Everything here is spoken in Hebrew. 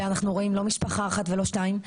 ואנחנו רואים לא משפחה אחת ולא שתיים,